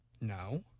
No